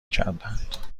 کردند